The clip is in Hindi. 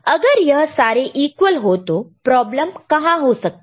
अगर यह सारे इक्वल हो तो प्रॉब्लम कहां हो सकता है